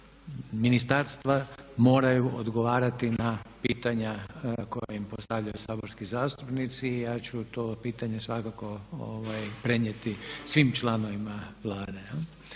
Ministarstva moraju odgovarati na pitanja koja im postavljaju saborski zastupnici i ja ću to pitanje svakako prenijeti svim članovima Vlade.